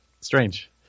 Strange